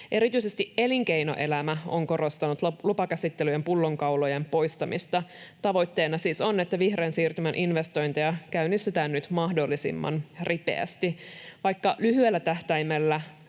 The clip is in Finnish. Erityisesti elinkeinoelämä on korostanut lupakäsittelyjen pullonkaulojen poistamista. Tavoitteena siis on, että vih-reän siirtymän investointeja käynnistetään nyt mahdollisimman ripeästi. Vaikka lyhyellä tähtäimellä